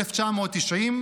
התש"ן 1990,